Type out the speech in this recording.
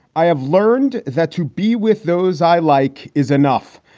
i have learned that to be with those i like is enough.